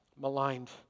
maligned